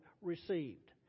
received